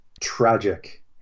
Tragic